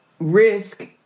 risk